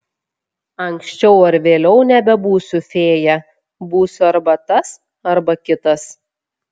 anksčiau ar vėliau nebebūsiu fėja būsiu arba tas arba kitas